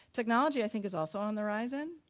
technology i think is also on the horizon.